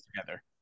together